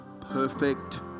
perfect